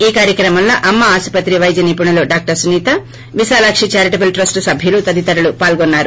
ఈ కార్చక్రమంలో అమ్మా ఆసుపత్రి వైద్య నిపుణులు doctor Sunitha Vishalakshi charitable trust సభ్యులు తదితరుల పాల్గొన్నారు